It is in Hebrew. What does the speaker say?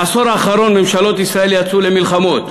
בעשור האחרון ממשלות ישראל יצאו למלחמות,